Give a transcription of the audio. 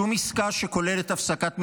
שום עסקה שכוללת הפסקת מלחמה.